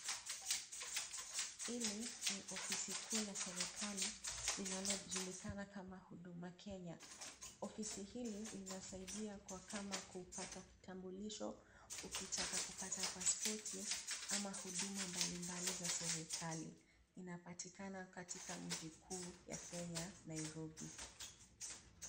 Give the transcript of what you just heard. Hili ni ofisi kuu la serikali linalojulikana kama huduma Kenya. Ofisi hili linasaidia kwa kama kupata kitambulisho, ukitaka kupata pasipoti ama huduma mbalimbali za serikali. Inapatikana katika mji kuu ya Kenya Nairobi.